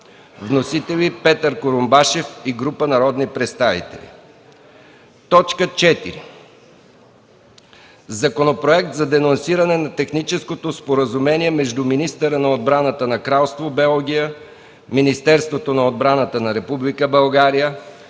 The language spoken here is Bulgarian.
Вносители: Петър Курумбашев и група народни представители. 4. Законопроект за денонсиране на Техническото споразумение между министъра на отбраната на Кралство Белгия, Министерството на отбраната на Република България,